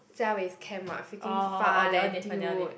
Jia-Wei's camp what freaking far leh dude